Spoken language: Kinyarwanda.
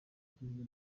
perezida